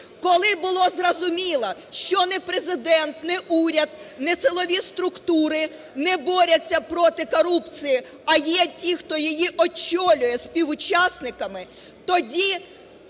коли було зрозуміло, що ні Президент, ні уряд, ні силові структури не борються проти корупції, а є ті, хто її очолює, співучасниками, тоді,